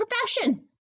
profession